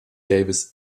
davies